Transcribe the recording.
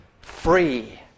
Free